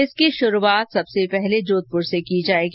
इसकी शुरूआत सबसे पहले जोधपुर से की जाएगी